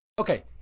Okay